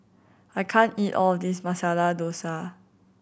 I can't eat all of this Masala Dosa